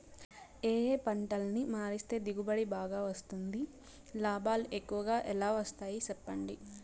ఏ ఏ పంటలని మారిస్తే దిగుబడి బాగా వస్తుంది, లాభాలు ఎక్కువగా ఎలా వస్తాయి సెప్పండి